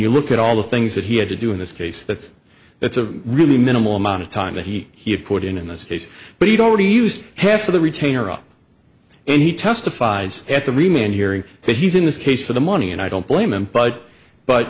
you look at all the things that he had to do in this case that it's a really minimal amount of time that he had put in in this case but he'd already used half of the retainer up and he testifies at the remaining hearing that he's in this case for the money and i don't blame him but but